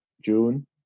june